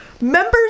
members